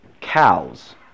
cows